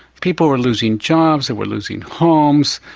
people were losing jobs, they were losing homes,